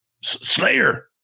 slayer